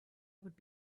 would